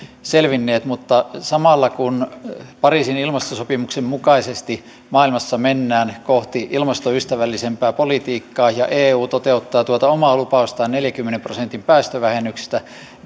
selvinneet mutta samalla kun pariisin ilmastosopimuksen mukaisesti maailmassa mennään kohti ilmastoystävällisempää politiikkaa ja eu toteuttaa tuota omaa lupaustaan neljänkymmenen prosentin päästövähennyksistä